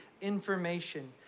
information